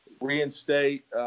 reinstate